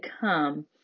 come